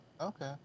Okay